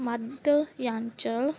ਮੱਧ ਯਾਂਚਲ